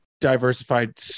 diversified